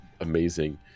amazing